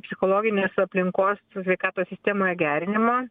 psichologinės aplinkos sveikatos sistemoje gerinimo